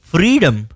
Freedom